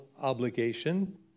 obligation